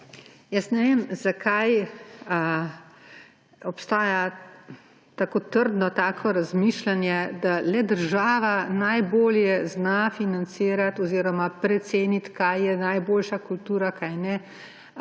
lepa. Ne vem, zakaj, ali obstaja tako trdno tako razmišljanje, da le država najbolje zna financirati oziroma preceniti, kaj je najboljša kultura, kaj ne,